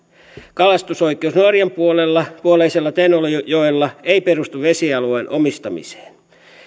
kalastusoikeus norjan puoleisella tenojoella ei perustu vesialueen omistamiseen